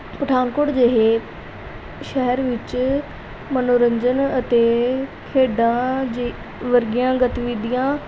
ਪਠਾਨਕੋਟ ਜਿਹੇ ਸ਼ਹਿਰ ਵਿੱਚ ਮਨੋਰੰਜਨ ਅਤੇ ਖੇਡਾਂ ਜੇ ਵਰਗੀਆਂ ਗਤਵੀਧੀਆਂ